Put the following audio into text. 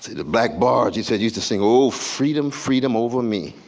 the black barge, he said, used to sing oh freedom, freedom over me.